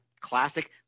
classic